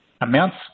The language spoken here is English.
Amounts